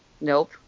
nope